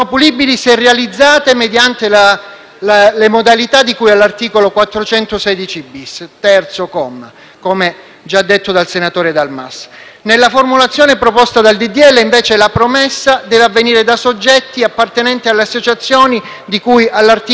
le modalità di cui all'articolo 416-*bis*, comma 3, come già detto dal senatore Dal Mas. Nella formulazione proposta dal disegno di legge, invece, la promessa deve provenire da «soggetti appartenenti alle associazioni di cui all'articolo 416-*bis*».